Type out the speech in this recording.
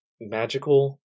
magical